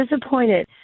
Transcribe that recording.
disappointed